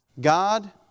God